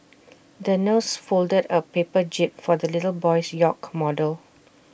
the nurse folded A paper jib for the little boy's yacht model